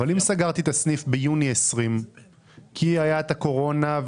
אבל אם סגרתי את הסניף ביוני 2020 כי הייתה קורונה.